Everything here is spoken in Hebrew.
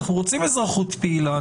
אנחנו רוצים אזרחות פעילה,